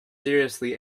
seriously